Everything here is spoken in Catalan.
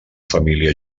família